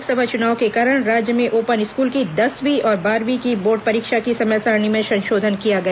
लोकसभा चुनाव के कारण राज्य में ओपन स्कूल की दसवीं और बारहवीं बोर्ड परीक्षा की समय सारिणी में संशोधन किया गया